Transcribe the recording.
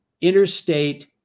interstate